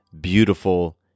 beautiful